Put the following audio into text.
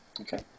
Okay